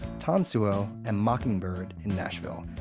tansuo, and mockingbird in nashville.